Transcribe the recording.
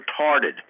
retarded